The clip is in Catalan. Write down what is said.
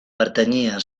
pertanyia